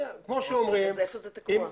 איפה זה תקוע?